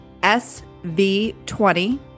SV20